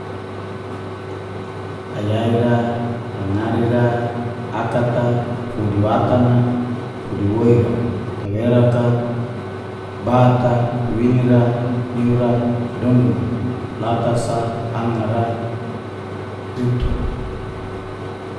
Ayai ra, langari ra, akat a, fudi watan a, fudi woi ra, tawerak a, bat a, kuwini ra, niu ra, kadondong a, latas sa, angar ra. ritu ra.